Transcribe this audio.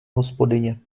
hospodyně